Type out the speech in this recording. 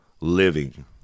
living